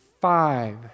Five